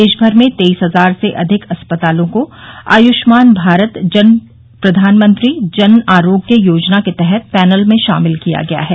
देशमर में तेईस हजार से अधिक अस्पतालों को आयुष्मान भारत प्रधानमंत्री जन आरोग्य योजना के तहत पैनल में शामिल किया गया है